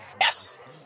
Yes